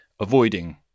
avoiding